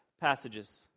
passages